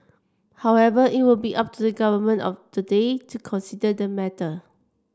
however it will be up to the government of the day to consider the matter